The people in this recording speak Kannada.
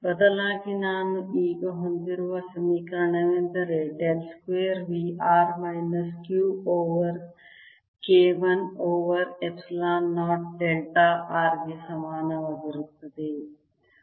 ಬದಲಾಗಿ ನಾನು ಈಗ ಹೊಂದಿರುವ ಸಮೀಕರಣವೆಂದರೆ del square V r minus Q over K 1 over epsilon 0 delta r ಗೆ ಸಮಾನವಾಗಿರುತ್ತದೆ